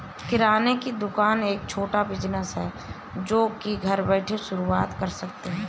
किराने की दुकान एक छोटा बिज़नेस है जो की घर बैठे शुरू कर सकते है